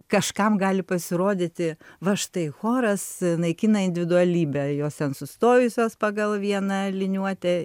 kažkam gali pasirodyti va štai choras naikina individualybę jos ten sustojusios pagal vieną liniuotę